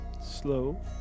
slow